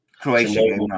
Croatia